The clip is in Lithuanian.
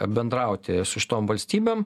bendrauti su šitom valstybėm